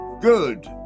good